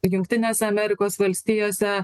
jungtinėse amerikos valstijose